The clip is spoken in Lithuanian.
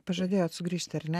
pažadėjot sugrįžti ar ne